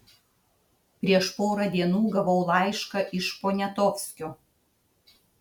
prieš porą dienų gavau laišką iš poniatovskio